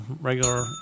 regular